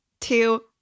two